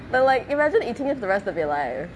but like imagine eating it the rest of your life